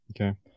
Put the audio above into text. Okay